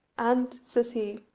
and says he,